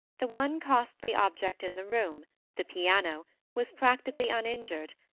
the one costly object in the room the piano was practically uninjured,